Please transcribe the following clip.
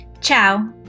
Ciao